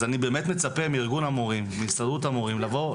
אני באמת מצפה מארגון המורים ומההסתדרות המורים לבוא,